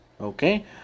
okay